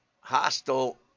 hostile